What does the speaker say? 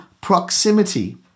proximity